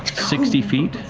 sixty feet.